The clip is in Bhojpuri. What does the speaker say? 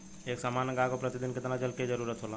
एक सामान्य गाय को प्रतिदिन कितना जल के जरुरत होला?